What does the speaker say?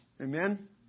amen